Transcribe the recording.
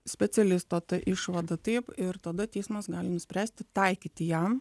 specialisto ta išvada taip ir tada teismas gali nuspręsti taikyti jam